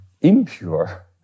impure